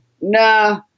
Nah